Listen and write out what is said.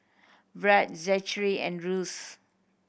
Bright Zachery and Russ